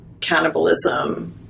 cannibalism